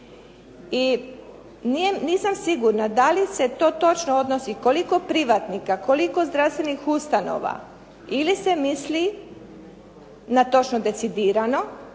i nisam sigurna da li se to točno odnosi koliko privatnika, koliko zdravstvenih ustanova ili se misli na točno decidirano